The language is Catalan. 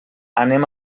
anem